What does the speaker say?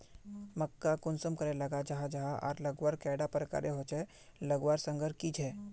मक्का कुंसम करे लगा जाहा जाहा आर लगवार कैडा प्रकारेर होचे लगवार संगकर की झे?